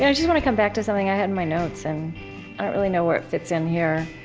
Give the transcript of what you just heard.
and just want to come back to something i had in my notes, and i don't really know where it fits in here